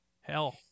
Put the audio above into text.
Hell